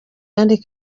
kangura